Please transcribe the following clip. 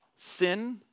Sin